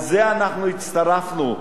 הצטרפנו.